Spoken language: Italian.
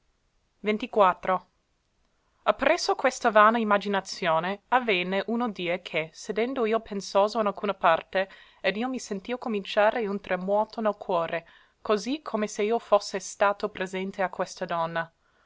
i ppresso questa vana imaginazione avvenne uno die che sedendo io pensoso in alcuna parte ed io mi sentio cominciare un tremuoto nel cuore così come se io fosse stato presente a questa donna